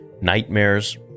nightmares